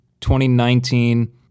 2019